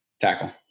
tackle